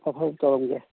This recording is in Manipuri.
ꯍꯣꯏ ꯍꯣꯏ ꯇꯧꯔꯝꯒꯦ